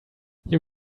you